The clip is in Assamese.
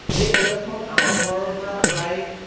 সেই কলেজখন আমাৰ ঘৰৰ পৰা প্ৰায়